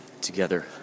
together